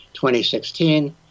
2016